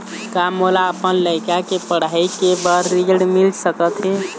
का मोला अपन लइका के पढ़ई के बर ऋण मिल सकत हे?